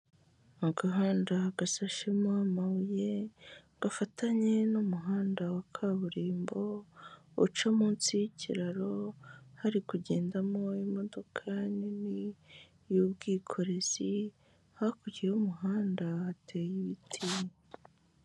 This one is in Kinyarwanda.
mu gahanda gasashemo amabuye gafatanye n'umuhanda wa kaburimbo uca munsi y'ikiraro, hari kugendamo imodoka nini y'ubwikorezi, hakurya y'umuhanda hateye ibiti.